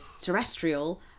terrestrial